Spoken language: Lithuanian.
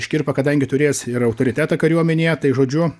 škirpa kadangi turės ir autoritetą kariuomenėje tai žodžiu